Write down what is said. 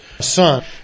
son